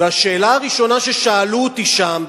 והשאלה הראשונה ששאלו אותי שם,